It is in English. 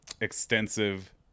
extensive